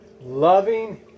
Loving